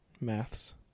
Maths